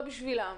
לא בשבילם.